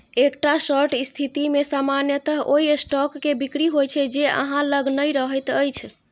एकटा शॉर्ट स्थिति मे सामान्यतः ओइ स्टॉक के बिक्री होइ छै, जे अहां लग नहि रहैत अछि